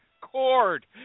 Cord